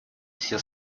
все